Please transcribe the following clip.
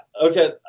Okay